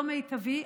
לא מיטבי,